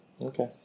Okay